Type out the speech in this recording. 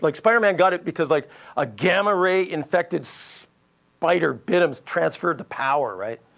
like spider-man got it because like a gamma ray infected so spider bit him, transferred the power, right?